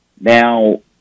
Now